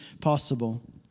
possible